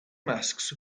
masks